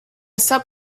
sub